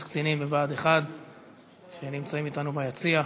קצינים בבה"ד 1 שנמצאים אתנו ביציע.